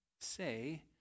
say